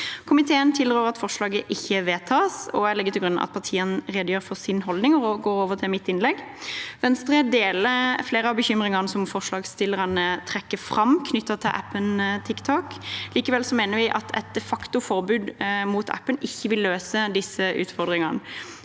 Komiteen tilrår at forslaget ikke vedtas. Jeg legger til grunn at partiene redegjør for sin holdning og går over til mitt innlegg. Venstre deler flere av bekymringene som forslagsstillerne trekker fram knyttet til appen TikTok. Likevel mener vi at et de facto forbud mot appen ikke vil løse disse utfordringene.